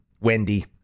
Wendy